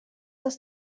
das